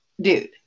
dude